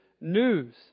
news